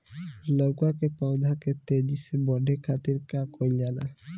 लउका के पौधा के तेजी से बढ़े खातीर का कइल जाला?